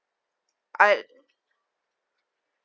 uh